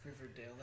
Riverdale